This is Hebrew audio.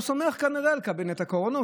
הוא סומך כנראה על קבינט הקורונה,